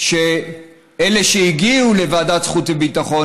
שאלה מהן שהגיעו לוועדת חוץ וביטחון,